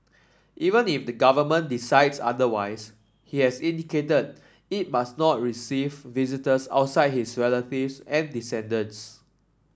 even if the government decides otherwise he has indicated it must not receive visitors outside his relatives and descendants